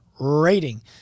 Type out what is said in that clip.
rating